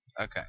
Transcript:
Okay